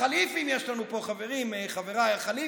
חליפים יש לנו פה, חברים, חבריי, ח'ליפים.